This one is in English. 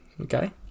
Okay